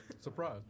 Surprise